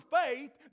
faith